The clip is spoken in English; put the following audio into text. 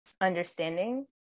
understanding